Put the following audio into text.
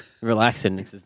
relaxing